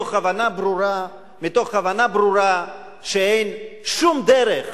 מתוך הבנה ברורה שאין שום דרך